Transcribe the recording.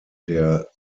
der